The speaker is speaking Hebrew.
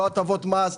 לא הטבות מס,